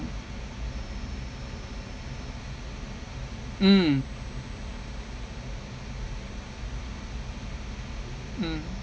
mm mm